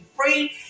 free